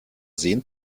sehen